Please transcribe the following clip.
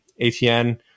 atn